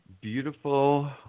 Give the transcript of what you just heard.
Beautiful